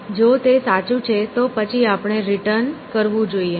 જો તે સાચું છે તો પછી આપણે રિટર્ન કરવું જોઈએ